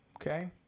Okay